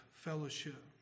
fellowship